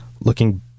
looking